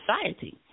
society